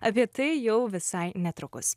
apie tai jau visai netrukus